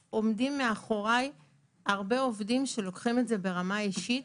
עובדים שעומדים מאחוריי כן לוקחים את זה ברמה אישית,